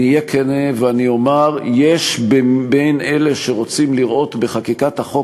אני אהיה כן ואני אומר שיש כאלה שרוצים לראות בחקיקת החוק